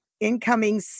incoming